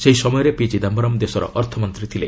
ସେହି ସମୟରେ ପି ଚିଦାୟରମ୍ ଦେଶର ଅର୍ଥମନ୍ତ୍ରୀ ଥିଲେ